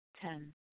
Ten